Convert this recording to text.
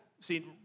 see